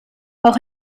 auch